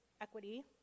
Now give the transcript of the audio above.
equity